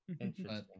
Interesting